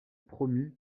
promues